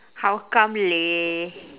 how come leh